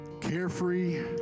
carefree